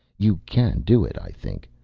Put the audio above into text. you can do it, i think.